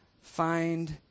find